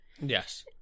Yes